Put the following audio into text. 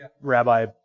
rabbi